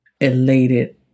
elated